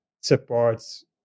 supports